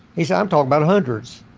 he says, i'm talking about hundreds.